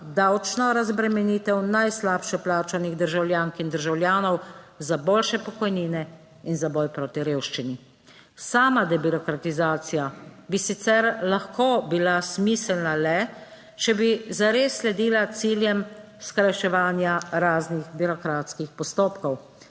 davčno razbremenitev najslabše plačanih državljank in državljanov, za boljše pokojnine in za boj proti revščini. Sama debirokratizacija bi sicer lahko bila smiselna le, če bi zares sledila ciljem skrajševanja raznih birokratskih postopkov,